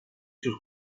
sus